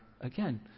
Again